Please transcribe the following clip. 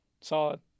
Solid